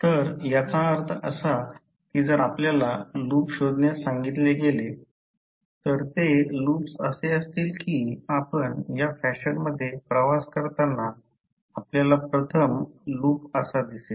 तर याचा अर्थ असा की जर आपल्याला लूप शोधण्यास सांगितले गेले तर ते लूप्स असे असतील कि आपण या फॅशनमध्ये प्रवास करताना आपल्याला प्रथम लूप असा दिसेल